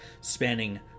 spanning